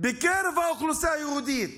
בקרב האוכלוסייה היהודית